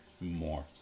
more